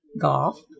Golf